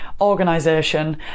organization